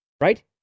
right